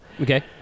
Okay